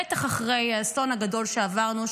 בטח אחרי האסון הגדול שעברנו,